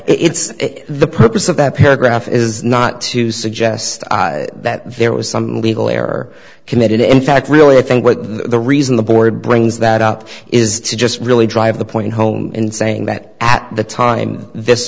however it's the purpose of that paragraph is not to suggest that there was some legal error committed in fact really i think the reason the board brings that up is to just really drive the point home in saying that at the time this